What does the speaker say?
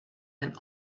and